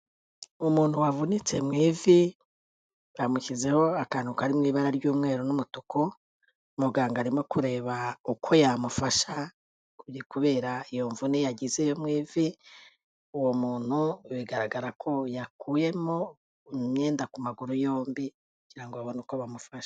Umuntu wavunitse mu ivi bamushyizeho akantu kari mu ibara ry'umweru n'umutuku, muganga arimo kureba uko yamufasha kubera iyo mvune yagize yo mu ivi. Uwo muntu bigaragara ko yakuyemo umwenda ku maguru yombi kugira ngo babone uko bamufashe.